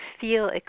feel